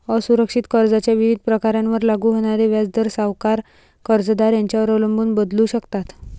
असुरक्षित कर्जाच्या विविध प्रकारांवर लागू होणारे व्याजदर सावकार, कर्जदार यांच्यावर अवलंबून बदलू शकतात